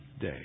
day